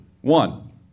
One